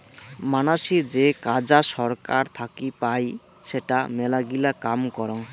মানাসী যে কাজা সরকার থাকি পাই সেটা মেলাগিলা কাম করং